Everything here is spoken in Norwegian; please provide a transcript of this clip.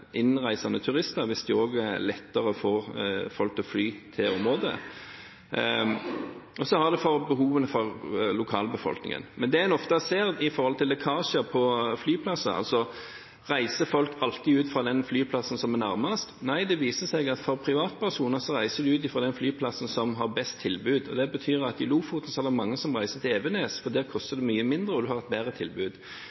innreisende turister hvis de lettere får folk til å fly til området. Så har vi behovene for lokalbefolkningen. En ser ofte at det er lekkasjer på flyplasser – reiser folk alltid ut fra den flyplassen som er nærmest? Nei, det viser seg at privatpersoner reiser ut fra den flyplassen som har best tilbud. Det betyr at i Lofoten reiser mange til Evenes, for der koster det mye mindre, og en har flere tilbud.